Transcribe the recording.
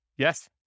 Yes